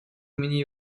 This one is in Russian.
имени